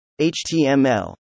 HTML